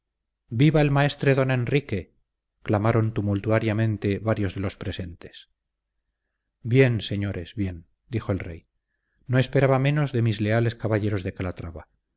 viva el maestre don enrique clamaron tumultuariamente varios de los presentes bien señores bien dijo el rey no esperaba menos de mis leales caballeros de calatrava